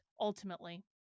ultimately